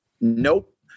Nope